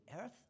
earth